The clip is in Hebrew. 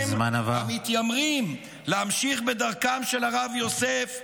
המתיימרים להמשיך בדרכם של הרב יוסף,